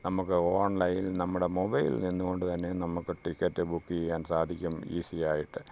നമ്മൾക്ക് ഓൺലൈനിൻ നമ്മുടെ മൊബൈലിൽ നിന്നുകൊണ്ട് തന്നെ നമ്മൾക്ക് ടിക്കറ്റ് ബുക്ക് ചെയ്യാൻ സാധിക്കും ഈസിയായിട്ട്